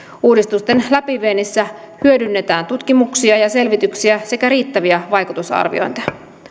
uudistusten läpiviennissä hyödynnetään tutkimuksia ja selvityksiä sekä riittäviä vaikutusarviointeja